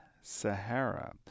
Sahara